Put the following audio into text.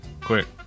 Quick